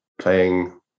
playing